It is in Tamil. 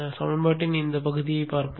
சமன்பாட்டின் இந்த பகுதியைப் பார்ப்போம்